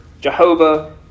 Jehovah